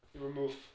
remove